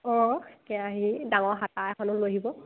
অঁ কেৰাহী ডাঙৰ হাতা এখনও লৈ আহিব